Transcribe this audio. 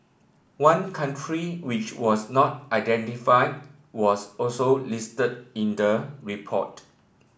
one country which was not identified was also listed in the report